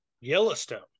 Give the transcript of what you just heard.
Yellowstone